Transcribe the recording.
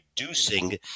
reducing